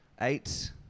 Eight